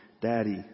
daddy